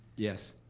yes